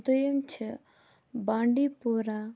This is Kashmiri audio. دیٚیِم چھِ بانٛدی پورا